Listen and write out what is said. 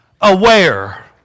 Aware